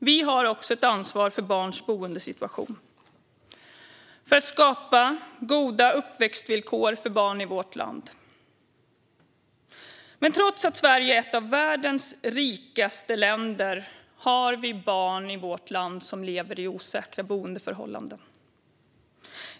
Vi har också ett ansvar för barns boendesituation och för att skapa goda uppväxtvillkor för barn i vårt land. Trots att Sverige är ett av världens rikaste länder har vi barn i vårt land som lever i osäkra boendeförhållanden.